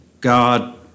God